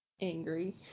angry